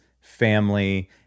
family